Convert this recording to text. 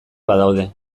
badaude